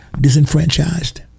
disenfranchised